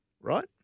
right